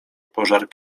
pożar